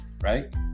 Right